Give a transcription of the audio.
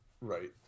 right